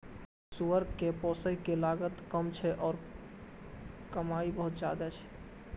सुअर कें पोसय के लागत कम छै आ कमाइ बहुत ज्यादा छै